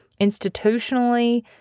Institutionally